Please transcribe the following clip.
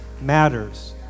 matters